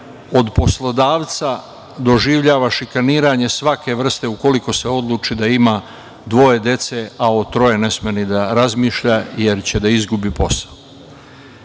od poslodavca doživljava šikaniranje svake vrste ukoliko se odluči da ima dvoje dece, a o troje ne sme ni da razmišlja, jer će da izgubi posao. Šta